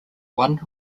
one